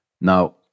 Now